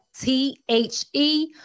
T-H-E